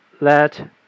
let